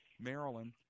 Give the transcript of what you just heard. Maryland